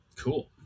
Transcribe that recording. Cool